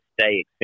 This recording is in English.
stay